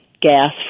gas